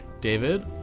David